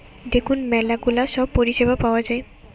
দেখুন ম্যালা গুলা সব পরিষেবা পাওয়া যায়